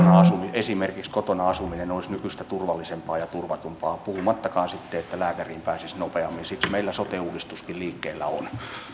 esimerkiksi kotona asuminen olisi nykyistä turvallisempaa ja turvatumpaa puhumattakaan sitten että lääkäriin pääsisi nopeammin siksi meillä sote uudistuskin liikkeellä on